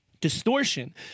distortion